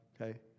okay